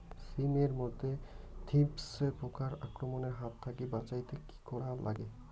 শিম এট মধ্যে থ্রিপ্স পোকার আক্রমণের হাত থাকি বাঁচাইতে কি করা লাগে?